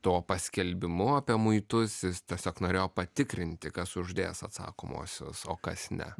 to paskelbimu apie muitus jis tiesiog norėjo patikrinti kas uždės atsakomuosius o kas ne